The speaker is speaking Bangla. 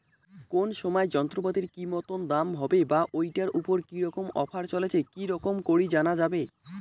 কোন সময় যন্ত্রপাতির কি মতন দাম হবে বা ঐটার উপর কি রকম অফার চলছে কি রকম করি জানা যাবে?